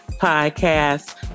podcast